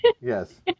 yes